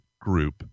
group